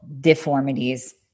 deformities